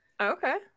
Okay